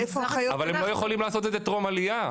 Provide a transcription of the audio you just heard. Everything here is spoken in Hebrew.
אבל הם לא יכולים לעשות את זה טרום עלייה,